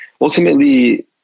Ultimately